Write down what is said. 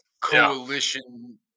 coalition